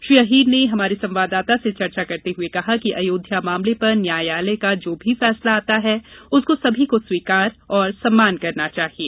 श्री अहीर ने हमारे संवाददाता से चर्चा करते हुए कहा कि अयोध्या मामले पर न्यायालय का जो भी फैसला आता है उसको सभी को स्वीकार और सम्मान करना चाहिये